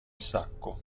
sacco